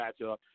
matchup